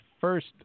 first